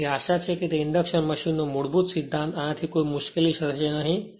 તેથી આશા છે કે તે ઇન્ડક્શન મશીનનો મૂળ સિદ્ધાંત જેનાથી કોઈ મુશ્કેલી થશે નહીં